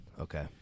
okay